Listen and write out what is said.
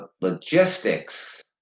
logistics